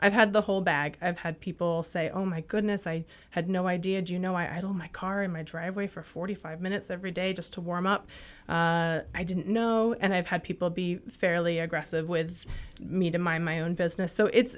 i've had the whole bag i've had people say oh my goodness i had no idea you know i don't my car in my driveway for forty five minutes every day just to warm up i didn't know and i've had people be fairly aggressive with me to my my own business so it's